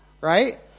right